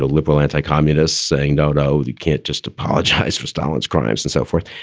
ah liberal anti-communists saying, no, no, you can't just apologize for stalin's crimes and so forth.